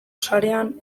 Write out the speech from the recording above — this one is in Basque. sarean